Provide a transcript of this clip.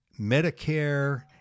Medicare